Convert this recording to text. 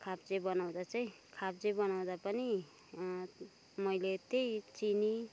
खाप्जे बनाउँदा चाहिँ खाप्जे बनाउँदा पनि मैले त्यही चिनी